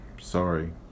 Sorry